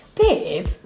Babe